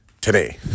today